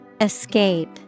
Escape